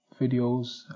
videos